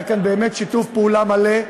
היה כאן באמת שיתוף פעולה מלא,